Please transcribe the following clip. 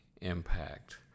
impact